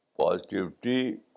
positivity